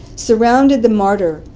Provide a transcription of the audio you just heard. surrounded the martyr,